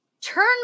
Turn